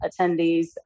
attendees